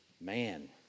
Man